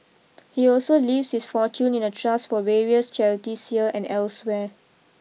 he also leaves his fortune in a trust for various charities here and elsewhere